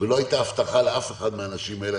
ולא הייתה הבטחה לאף אחד מהאנשים האלה,